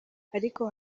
ariko